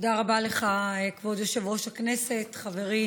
תודה רבה לך, כבוד יושב-ראש הכנסת, חברי